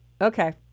Okay